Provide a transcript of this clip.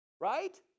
Right